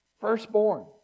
Firstborn